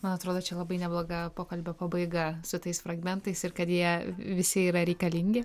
man atrodo čia labai nebloga pokalbio pabaiga su tais fragmentais ir kad jie visi yra reikalingi